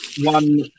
one